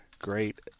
great